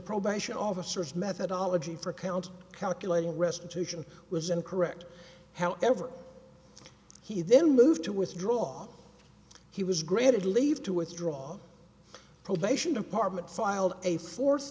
probation officers methodology for account calculating restitution was incorrect however he then moved to withdraw he was granted leave to withdraw probation department filed a fo